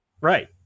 right